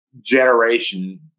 generation